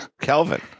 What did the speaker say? Kelvin